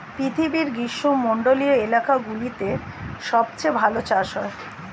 পৃথিবীর গ্রীষ্মমন্ডলীয় এলাকাগুলোতে সবচেয়ে ভালো চাষ হয়